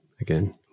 again